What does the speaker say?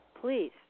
please